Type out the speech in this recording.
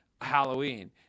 halloween